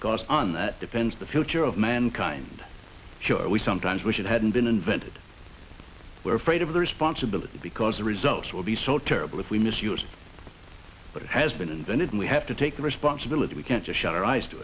because on that depends the future of mankind we sometimes wish it hadn't been invented we're afraid of the responsibility because the results will be so terrible if we misuse but it has been invented and we have to take the responsibility we can't just shut our eyes to